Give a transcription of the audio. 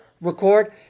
record